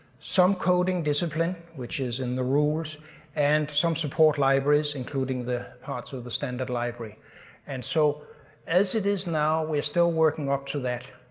some coding discipline, which is in the rules and some support libraries including the parts of the standard library and so as it is now we're still working up to that,